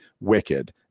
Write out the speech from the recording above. wicked